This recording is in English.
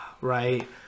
right